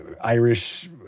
Irish